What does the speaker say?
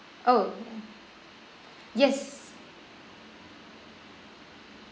oh yes